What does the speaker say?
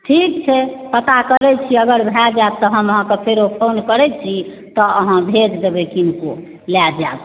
ठीक छै पता करै छी अगर भए जायत तऽ हम अहाँकेॅं फेरो फोन करै छी तऽ अहाँ भेज देबै किनको लए जायत